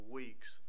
weeks